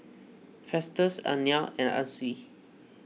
Festus oneal and Ansley